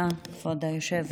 תודה, כבוד היושב-ראש.